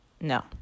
no